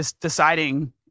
deciding